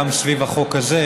גם סביב החוק הזה,